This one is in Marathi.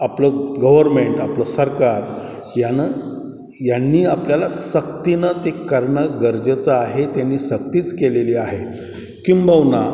आपलं ग गव्हर्मेंट आपलं सरकार यानं यांनी आपल्याला सक्तीनं ते करणं गरजेचं आहे त्यांनी सक्तीच केलेली आहे किंबहुना